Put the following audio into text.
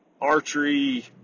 archery